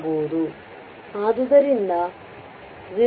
ಆಗುವುದು ಆದ್ದರಿಂದ 0